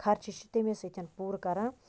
خَرچہِ چھُ تمے سۭتۍ پوٗرٕ کَران